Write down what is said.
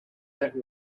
that